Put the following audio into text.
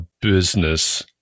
business